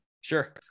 Sure